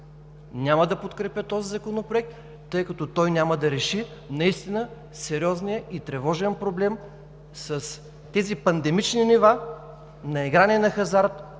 Няма да подкрепя този законопроект, тъй като той няма да реши наистина сериозния и тревожен проблем с тези пандемични нива на игра на хазарт